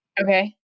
okay